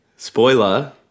Spoiler